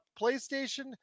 PlayStation